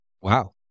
Wow